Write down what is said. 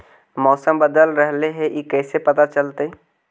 मौसम बदल रहले हे इ कैसे पता चलतै?